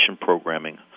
programming